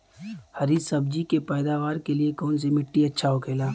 हरी सब्जी के पैदावार के लिए कौन सी मिट्टी अच्छा होखेला?